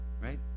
Right